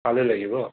কালি লাগিব